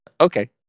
Okay